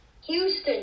Houston